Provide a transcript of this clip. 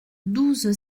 douze